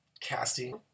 casting